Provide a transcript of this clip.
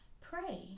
pray